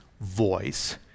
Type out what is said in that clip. voice